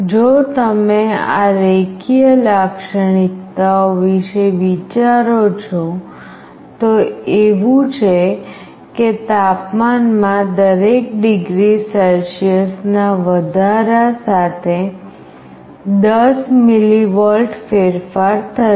જો તમે આ રેખીય લાક્ષણિકતાઓ વિશે વિચારો છો તો એવું છે કે તાપમાનમાં દરેક ડિગ્રી સેલ્સિયસના વધારા સાથે 10 મિલીવોલ્ટ ફેરફાર થશે